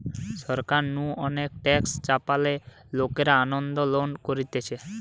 সরকার নু অনেক ট্যাক্স চাপালে লোকরা আন্দোলন করতিছে